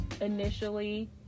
initially